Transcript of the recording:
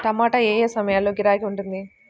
టమాటా ఏ ఏ సమయంలో గిరాకీ ఉంటుంది?